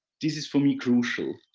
this is for me crucial.